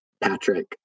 patrick